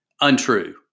untrue